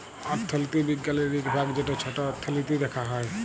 অথ্থলিতি বিজ্ঞালের ইক ভাগ যেট ছট অথ্থলিতি দ্যাখা হ্যয়